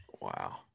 Wow